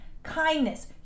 kindness